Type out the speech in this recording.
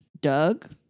Doug